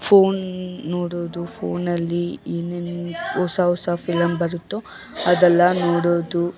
phone ನೋಡೋದು ಫೋನಲ್ಲಿ ಏನೇನು ಹೊಸ ಹೊಸ ಫಿಲಮ್ ಬರುತ್ತೋ ಅದೆಲ್ಲ ನೋಡೋದು